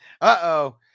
Uh-oh